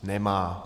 Nemá.